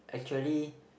actually